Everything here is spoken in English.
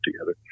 together